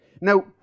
Now